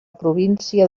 província